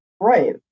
right